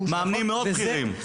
מאמנים מאוד בכירים.